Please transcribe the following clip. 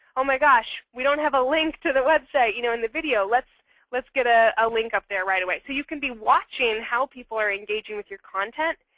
oh my gosh, we don't have a link to the website you know in the video. let's let's get ah a link up there right away. so you can be watching how people are engaging with your content.